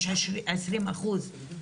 יש 20 אחוזים,